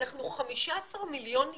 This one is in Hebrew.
אנחנו 15 מיליון יהודים,